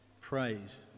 praise